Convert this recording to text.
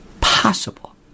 possible